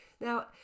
Now